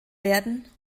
werden